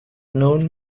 known